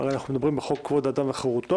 הרי אנחנו מדברים בחוק כבוד האדם וחירותו,